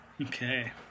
Okay